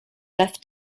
death